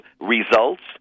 results